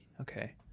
Okay